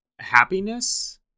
happiness